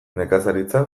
nekazaritza